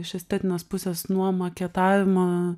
iš estetinės pusės nuo maketavimo